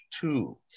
two